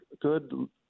good